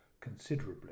considerably